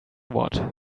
what